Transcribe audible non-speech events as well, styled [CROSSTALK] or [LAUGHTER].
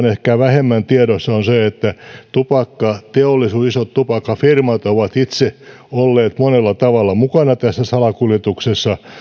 [UNINTELLIGIBLE] ehkä vähemmän tiedossa on se että tupakkateollisuuden isot tupakkafirmat ovat itse olleet monella tavalla mukana tässä salakuljetuksessa